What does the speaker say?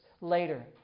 later